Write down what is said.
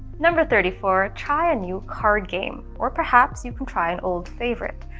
number thirty four try a new card game or perhaps you can try an old favorite.